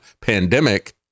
pandemic